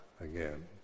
again